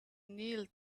knelt